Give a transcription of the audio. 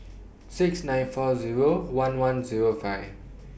six nine four Zero one one Zero five